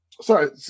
Sorry